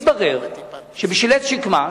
מתברר שבשביל עץ שקמה,